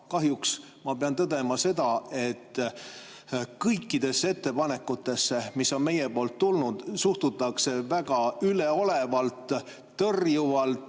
kahjuks ma pean tõdema seda, et kõikidesse ettepanekutesse, mis on meie poolt tulnud, suhtutakse väga üleolevalt, tõrjuvalt.